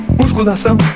musculação